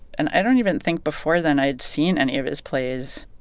and i don't even think before then i'd seen any of his plays.